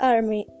Army